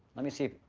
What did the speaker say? let me see,